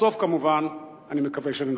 בסוף, כמובן, אני מקווה שננצח.